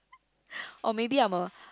or maybe I'm a